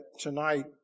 tonight